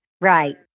Right